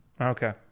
Okay